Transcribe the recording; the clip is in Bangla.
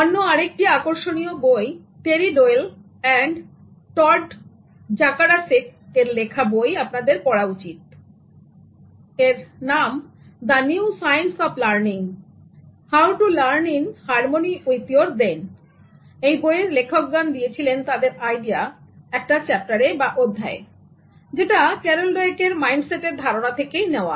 অন্য আরেকটি আকর্ষণীয় বইTerry Doyle and Todd Zakrajsek এর লেখা বই আপনাদের পড়া উচিত এটা The New Science of LearningHow to Learn in Harmony with Your Brain বইয়ের লেখকগণ দিয়েছিলেন তাদের আইডিয়া একটা চ্যাপ্টারে বা অধ্যায়ে যেটাCarol Dweck's মাইন্ডসেট এর ধারণা থেকে নেওয়া